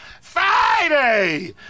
Friday